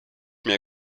mehr